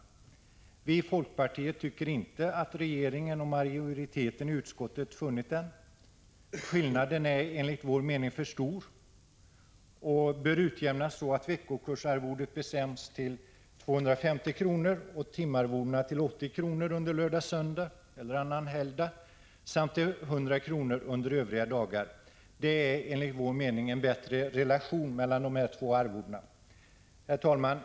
Vi i folkpartiet tycker inte att regeringen och majoriteten i utskottet funnit den. Skillnaden är enligt vår mening för stor och bör utjämnas så, att veckokursarvodet bestäms till 250 kr. och timarvodet till 80 kr. under lördag och söndag eller annan helgdag samt till 100 kr. under övriga dagar. Det är enligt vår mening en bättre relation mellan dessa två arvoden. Herr talman!